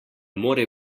more